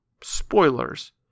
Spoilers